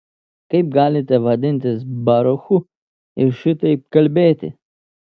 kaip galite vadintis baruchu ir šitaip kalbėti